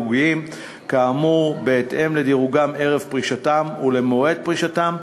כאמור בהתאם לדירוגם ערב פרישתם ולמועד פרישתם.